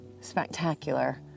spectacular